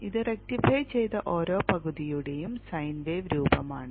ഇത് റെക്റ്റിഫൈ ചെയ്ത ഓരോ പകുതിയുടെയും സൈൻ വേവ് രൂപമാണ്